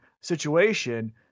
situation